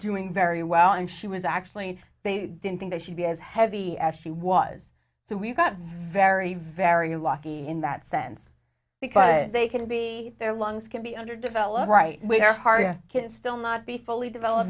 doing very well and she was actually they didn't think they should be as heavy as she was so we got very very lucky in that sense because they can be their lungs can be under develop right where her heart can still not be fully develop